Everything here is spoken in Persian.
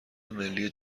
ملی